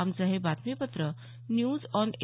आमचं हे बातमीपत्र न्यूज ऑन ए